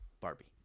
Barbie